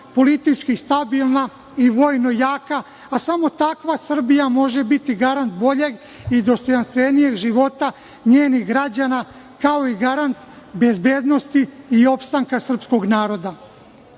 politički stabilna i vojno jaka, a samo takva Srbija može biti garant boljeg i dostojanstvenijeg života njenih građana, kao i garant bezbednosti i opstanka srpskog naroda,